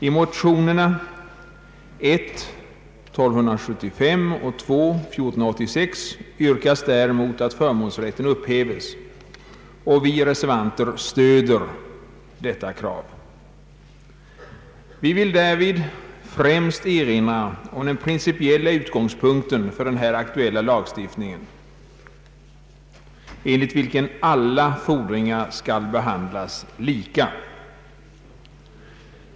I motionerna 1: 1275 och II: 1486 yrkas däremot att förmånsrätten upphäves, och vi reservanter stöder detta krav. Vi vill därvid främst erinra om den principiella utgångspunkten för den här aktuella lagstiftningen, enligt vilken alla fordringar skall behandlas lika.